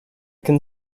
can